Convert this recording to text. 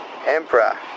Emperor